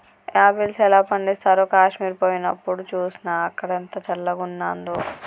apples ఎలా పండిస్తారో కాశ్మీర్ పోయినప్డు చూస్నా, అక్కడ ఎంత చల్లంగున్నాదో